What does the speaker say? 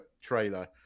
trailer